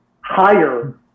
higher